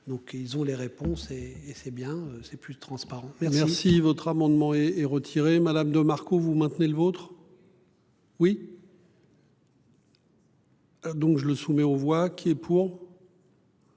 Donc ils ont les réponses et et c'est bien, c'est plus transparent. Merci merci votre amendement et est retiré. Madame de Marco, vous maintenez le vôtre. Oui. Donc, je le soumets aux voix qui est pour.